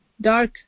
dark